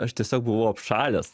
aš tiesiog buvau apšalęs